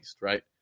right